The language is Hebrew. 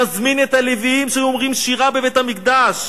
"נזמין את הלוויים שאומרים שירה בבית המקדש,